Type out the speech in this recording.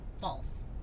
false